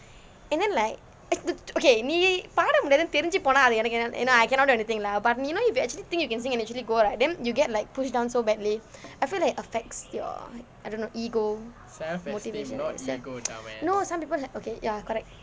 and then like eh okay நீ பாட முடியாதுன்னு தெரிஞ்சு போனா அது எனக்கு ஏனா:ni paada mudiyaathunu therinchu ponaa athu enakku aenaa you know I cannot do anything lah but you know if you actually think you can sing then you actually go right then you get like pushed down so badly I feel like it affects your I don't know ego motivation no some people have like ya correct